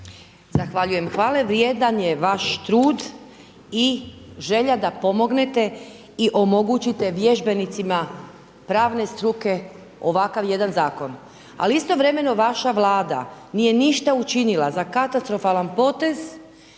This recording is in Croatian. Zahvaljujem. Hvale je vrijedan je vaš trud i želja da pomognete i omogućite vježbenicima pravne struke ovakav jedan Zakon. Ali istovremeno vaša Vlada nije ništa učinila za katastrofalan potez